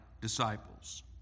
disciples